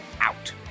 out